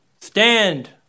Stand